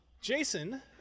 Jason